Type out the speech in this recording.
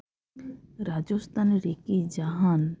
ᱨᱟᱡᱚᱥᱛᱟᱱ ᱨᱮᱠᱤ ᱡᱟᱦᱟᱱ